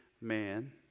man